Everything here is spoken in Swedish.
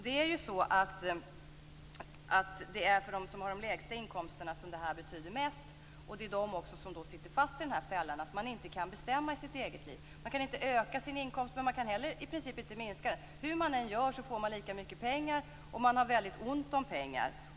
Detta betyder mest för dem med de lägsta inkomsterna. Det är också dessa familjer som sitter fast i fällan att de inte kan bestämma i sina egna liv. De kan inte öka sina inkomster, och de kan i princip inte heller minska dem. Hur de än gör får de lika mycket pengar, och de har väldigt ont om pengar.